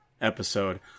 episode